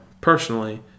personally